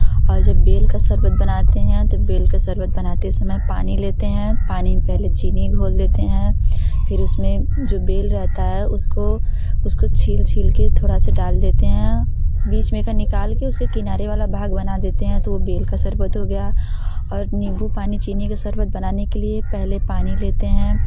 और जब बेल का शरबत बनाते हैं तो बेल का शरबत बनाते समय पानी लेते हैं पानी में पहले चीनी घोल देते हैं फिर उसमें जो बेल रहता है उसको उसको छील छील कर थोड़ा सा डाल देते हैं बीच में का निकाल कर उसे किनारे वाला भाग बना देते हैं तो बेल का शरबत हो गया और नींबू पानी चीनी का शरबत बनाने के लिए पहले पानी लेते हैं